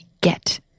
get